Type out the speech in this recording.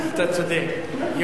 אתה צודק.